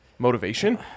motivation